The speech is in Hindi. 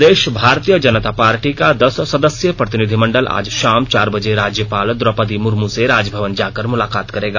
प्रदेष भारतीय जनता पार्टी का दस सदस्यीय प्रतिनिधिमंडल आज शाम चार बजे राज्यपाल द्रौपदी मुर्मू से राजभवन जाकर मुलाकात करेगा